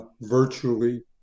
virtually